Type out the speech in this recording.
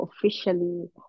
officially